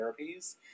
therapies